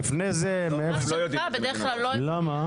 למה?